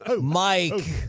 Mike